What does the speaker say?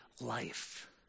life